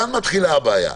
כאן מתחילה הבעיה.